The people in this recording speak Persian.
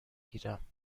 گیرم